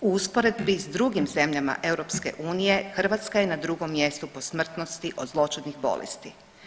U usporedbi sa drugim zemljama EU Hrvatska je na drugom mjestu po smrtnosti od zloćudnih bolesti.